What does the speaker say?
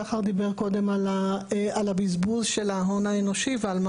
שחר דיבר קודם על הבזבוז של ההון האנושי ועל מה